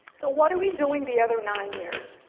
so what are we doing the other nine years?